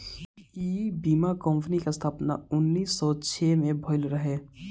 इ बीमा कंपनी के स्थापना उन्नीस सौ छह में भईल रहे